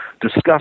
discuss